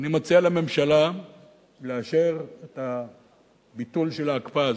אני מציע לממשלה לאשר את הביטול של ההקפאה הזאת,